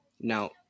now